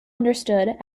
understood